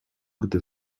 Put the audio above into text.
gdy